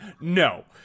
no